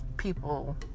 people